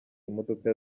imodoka